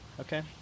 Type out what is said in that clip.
Okay